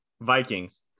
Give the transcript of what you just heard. Vikings